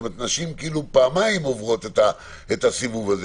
נשים עוברות את זה פעמיים,